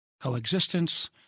coexistence